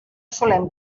solem